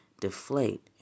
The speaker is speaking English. Deflate